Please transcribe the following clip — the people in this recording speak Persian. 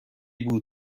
بود